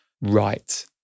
right